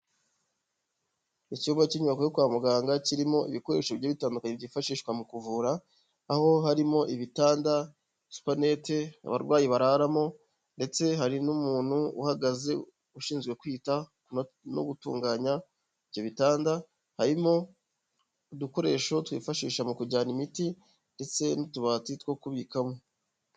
Icyumba cy'inyubako yo kwa muganga kirimo ibikoresho bigiye bitandukanye byifashishwa mu kuvura, aho harimo ibitanda, supanete abarwayi bararamo ndetse hari n'umuntu uhagaze ushinzwe kwita no gutunganya ibyo bitanda, harimo udukoresho twifashisha mu kujyana imiti ndetse n'utubati two kubikamo.